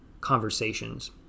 conversations